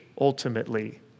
ultimately